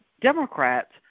Democrats